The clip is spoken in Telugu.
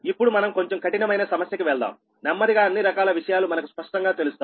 ఇప్పుడు మనం కొంచెం కఠినమైన సమస్య కి వెళ్దాంనెమ్మదిగా అన్ని రకాల విషయాలు మనకు స్పష్టంగా తెలుస్తాయి